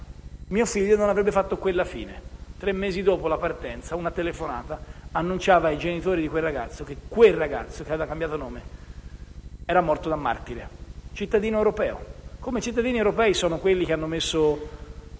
suo figlio non avrebbe fatto quella fine. Tre mesi dopo la partenza, una telefonata annunciava infatti ai genitori che quel ragazzo, che aveva cambiato nome, era morto da martire. Un cittadino europeo, come cittadini europei sono coloro che hanno fatto